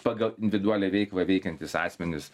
pagal individualią veiklą veikiantys asmenys